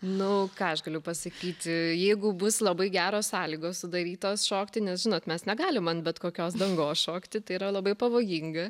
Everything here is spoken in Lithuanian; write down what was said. nu ką aš galiu pasakyti jeigu bus labai geros sąlygos sudarytos šokti nes žinot mes negalim ant bet kokios dangos šokti tai yra labai pavojinga